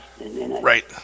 right